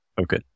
Okay